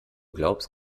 glaubst